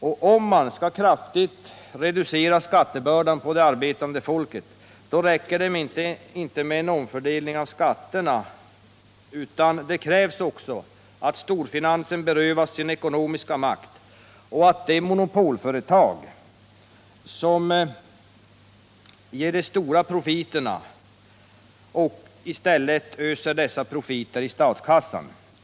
Om man skall kunna kraftigt reducera skattebördan på det arbetande folket, räcker det inte med en omfördelning av skatterna. Det krävs också att storfinansen berövas sin ekonomiska makt och att de monopolföretag som ger de stora profiterna i stället öser dessa profiter i statskassan.